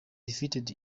defeated